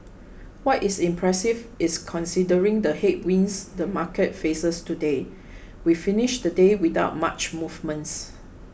what is impressive is considering the headwinds the market faces today we finished the day without much movements